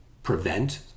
Prevent